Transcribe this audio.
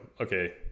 okay